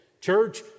Church